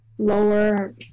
lower